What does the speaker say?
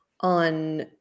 on